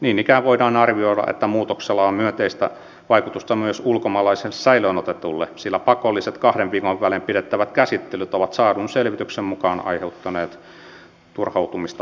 niin ikään voidaan arvioida että muutoksella on myönteistä vaikutusta myös ulkomaalaiselle säilöön otetulle sillä pakolliset kahden viikon välein pidettävät käsittelyt ovat saadun selvityksen mukaan aiheuttaneet turhautumista myös heidän keskuudessaan